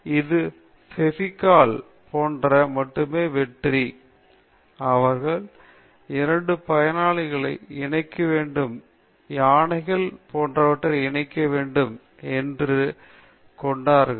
இது Fevicol பெவிகால்போன்ற மட்டுமே வெற்றி அவர்கள் இரண்டு யானைகள் இணைக்க வேண்டும் என்று விளம்பரம் செய்தனர்